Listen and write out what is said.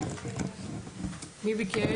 בבקשה.